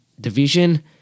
division